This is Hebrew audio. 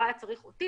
לא היה צריך אותי,